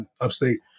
upstate